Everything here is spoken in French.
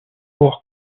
hors